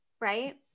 right